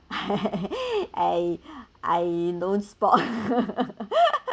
I I don't do sport